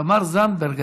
תמר זנדברג.